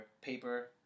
paper